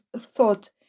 thought